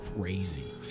Crazy